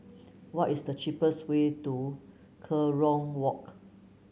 what is the cheapest way to Kerong Walk